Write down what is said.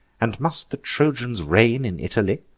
and must the trojans reign in italy?